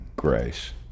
Grace